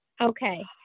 Okay